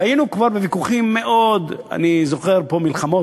והיינו כבר בוויכוחים מאוד, אני זוכר פה מלחמות,